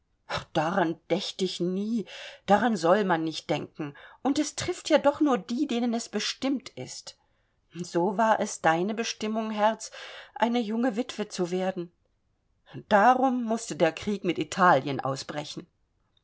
daran dächt ich nie daran soll man nicht denken und es trifft ja doch nur die denen es bestimmt ist so war es deine bestimmung herz eine junge wittwe zu werden darum mußte der krieg mit italien ausbrechen